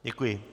Děkuji.